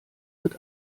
wird